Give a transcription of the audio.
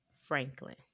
Franklin